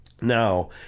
now